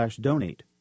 donate